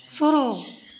शुरू